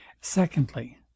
secondly